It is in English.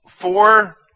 four